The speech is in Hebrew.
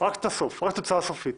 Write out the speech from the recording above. רק את התוצאה הסופית.